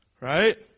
Right